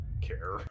care